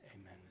amen